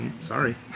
sorry